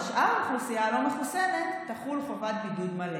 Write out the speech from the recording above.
שאר האוכלוסייה הלא-מחוסנת תחול חובת בידוד מלא.